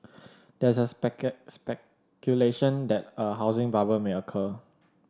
there is a speculation that a housing bubble may occur